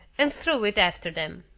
and threw it after them.